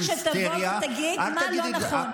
אני אשמח שתבוא ותגיד מה לא נכון.